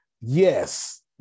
Yes